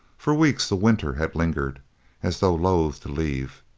for weeks the winter had lingered as though loath to leave,